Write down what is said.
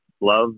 love